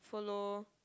follow